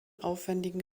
aufwendigen